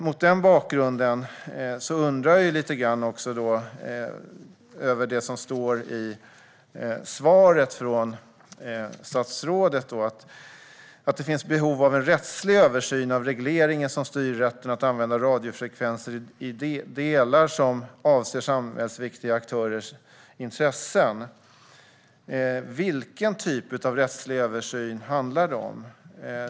Mot denna bakgrund undrar jag lite grann över det som står i svaret från statsrådet om att det finns behov av en rättslig översyn av regleringen som styr rätten att använda radiofrekvenser i delar som avser samhällsviktiga aktörers intressen. Vilken typ av rättslig översyn handlar det om?